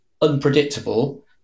unpredictable